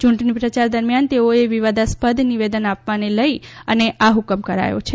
ચૂંટણીપ્રયાર દરમ્યાન તેઓએ વિવાદાસ્પદ નિવેદન આપવાને લઇને આ ફકમ કરાથી છે